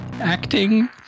Acting